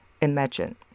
imagine